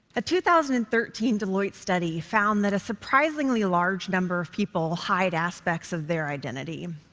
a two thousand and thirteen deloitte study found that a surprisingly large number of people hide aspects of their identity.